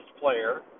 player